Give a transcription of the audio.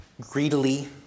greedily